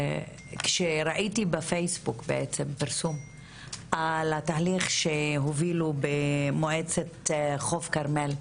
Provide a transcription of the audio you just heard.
שכשראיתי בפייסבוק פרסום על התהליך שהובילו במועצת חוף הכרמל,